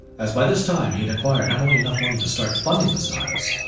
as by this time, he had acquired not only enough money to start funding the stylus,